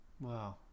Wow